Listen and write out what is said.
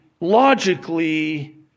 logically